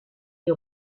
les